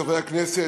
חברי הכנסת,